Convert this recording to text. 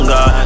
God